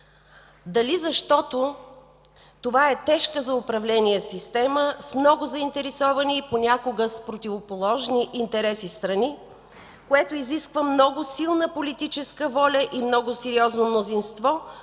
дали защото това е тежка за управление система с много заинтересовани и понякога с противоположни интереси страни, което изисква много силна политическа воля и много сериозно мнозинство,